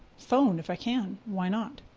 phone if i can, why not.